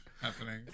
happening